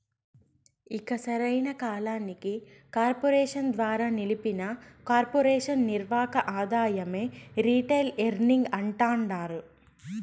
ఇక సరైన కాలానికి కార్పెరేషన్ ద్వారా నిలిపిన కొర్పెరేషన్ నిర్వక ఆదాయమే రిటైల్ ఎర్నింగ్స్ అంటాండారు